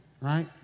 right